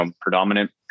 predominant